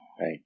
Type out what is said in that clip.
Right